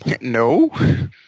no